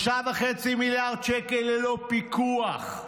3.5 מיליארד שקל ללא פיקוח,